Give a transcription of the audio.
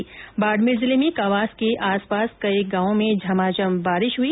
आज बाडमेर जिले में कवास के आसपास कई गांवो में झमाझम बारिश हई